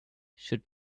should